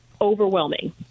overwhelming